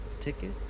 Ticket